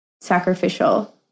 sacrificial